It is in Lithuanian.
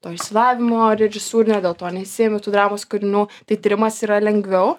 to išsilavinimo režisūrinio dėl to nesiėmi tų dramos kūrinių tai tyrimas yra lengviau